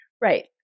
Right